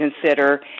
consider